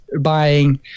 buying